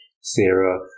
Sarah